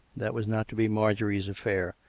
that was not to be marjorie's affair.